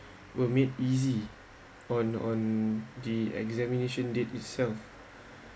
will meet easy on on the examination did itself